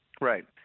Right